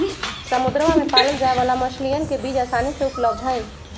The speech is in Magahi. समुद्रवा में पाल्ल जाये वाला मछलीयन के बीज आसानी से उपलब्ध हई